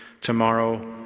tomorrow